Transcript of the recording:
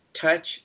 touch